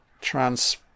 Trans